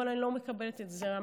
אבל אני לא מקבלת את "גזרה משמיים".